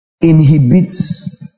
inhibits